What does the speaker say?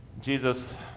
Jesus